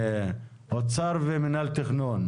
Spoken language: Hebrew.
אוצר ומינהל תכנון,